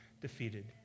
defeated